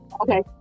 okay